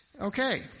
Okay